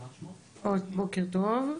בוקר טוב.